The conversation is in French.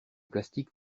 plastique